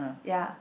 ya